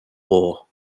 war